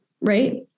right